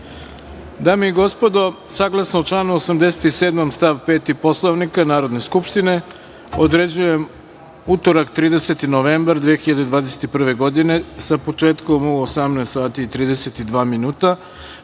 i gospodo, saglasno članu 87. stav 5. Poslovnika Narodne skupštine, određujem utorak, 30. novembar 2021. godine, sa početkom u 18.32 časova